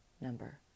number